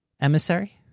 Emissary